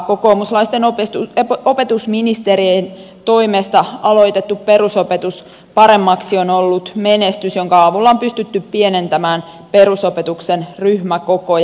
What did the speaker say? kokoomuslaisten opetusministerien toimesta aloitettu perusopetus paremmaksi on ollut menestys jonka avulla on pystytty pienentämään perusopetuksen ryhmäkokoja